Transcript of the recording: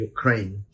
Ukraine